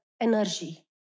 energy